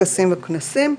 טקסים וכנסים,